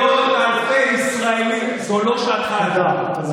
מאות אלפי ישראלים, זו לא שעתך היפה.